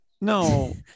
No